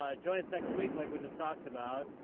um join us next week, like we just talked about.